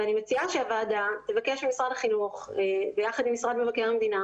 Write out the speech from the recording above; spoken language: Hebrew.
ואני מציעה שהוועדה תבקש ממשרד החינוך ביחד עם משרד מבקר המדינה